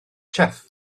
chyff